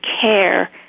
care